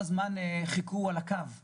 שבעוד 20 שנה הוא יקבל מענק יובל או שעון.